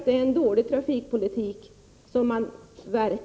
Det är en dålig trafikpolitik.